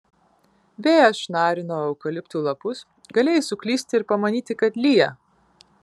vėjas šnarino eukaliptų lapus galėjai suklysti ir pamanyti kad lyja